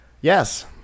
yes